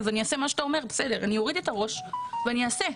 אני אעשה מה שאתה אומר אני אוריד את הראש ואני אעשה.